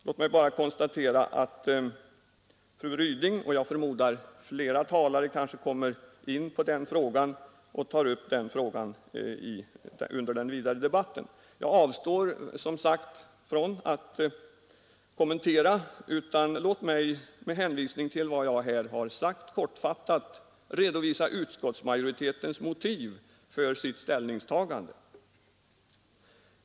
Låt mig bara konstatera att fru Ryding redan har tagit upp den frågan, och jag förmodar att flera talare kommer in på den under den vidare debatten. Jag avstår som sagt från att kommentera och vill i stället, med hänvisning till vad jag här sagt, helt kort sammanfatta utskottsmajoritetens motiv för sitt ställningstagande.